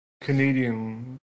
Canadian